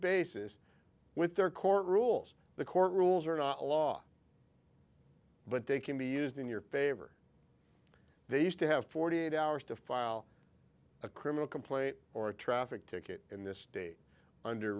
basis with their court rules the court rules are not a law but they can be used in your favor they used to have forty eight hours to file a criminal complaint or a traffic ticket in this state under